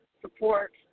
support